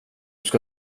ska